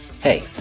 Hey